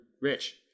rich